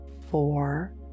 four